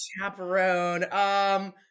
chaperone